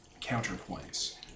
counterpoints